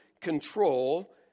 control